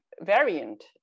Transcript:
variant